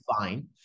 fine